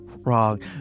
wrong